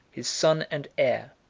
his son and heir,